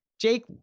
Jake